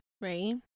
right